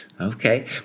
Okay